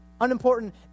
unimportant